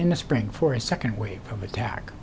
in the spring for his second wave of attack